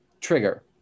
trigger